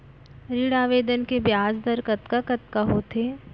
ऋण आवेदन के ब्याज दर कतका कतका होथे?